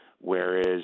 whereas